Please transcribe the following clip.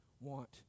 want